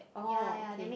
orh okay